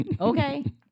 Okay